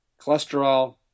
cholesterol